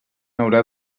haurà